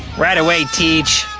right away, teach!